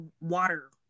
water